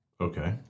Okay